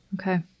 Okay